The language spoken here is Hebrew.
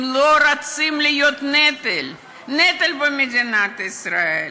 הם לא רוצים להיות נטל, נטל במדינת ישראל.